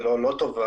ולא לא טובה.